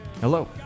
Hello